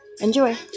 Enjoy